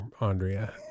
Andrea